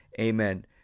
amen